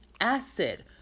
acid